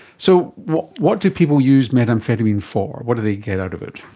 so what what do people use methamphetamine for, what do they get out of it?